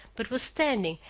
but was standing,